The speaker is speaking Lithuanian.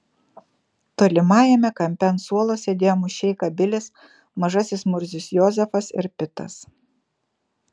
tolimajame kampe ant suolo sėdėjo mušeika bilis mažasis murzius jozefas ir pitas